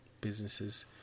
businesses